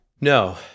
No